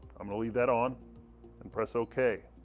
i'm gonna leave that on and press ok.